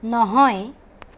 নহয়